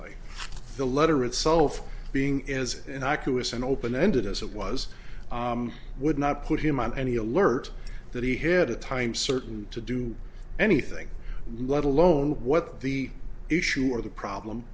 honor the letter itself being is an i q is an open ended as it was would not put him on any alert that he had a time certain to do anything let alone what the issue or the problem